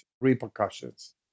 repercussions